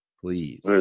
please